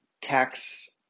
tax